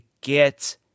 get